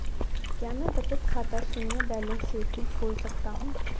क्या मैं बचत खाता शून्य बैलेंस से भी खोल सकता हूँ?